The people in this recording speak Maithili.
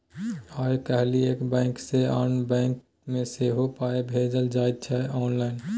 आय काल्हि एक बैंक सँ आन बैंक मे सेहो पाय भेजल जाइत छै आँनलाइन